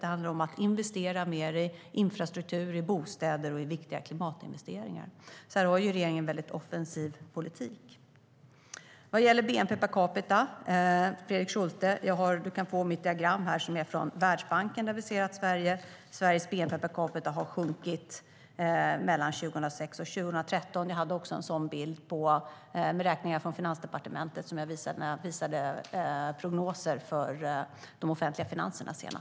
Det handlar om att investera mer i infrastruktur och bostäder och att göra viktiga klimatinvesteringar. Så här för ju regeringen en väldigt offensiv politik. När det gäller bnp per capita, Fredrik Schulte, kan du få mitt diagram som jag har här. Det är från Världsbanken, och där kan man se att Sveriges bnp per capita har sjunkit mellan 2006 och 2013. Jag har också en sådan bild med beräkningar från Finansdepartement med de senaste prognoserna för de offentliga finanserna.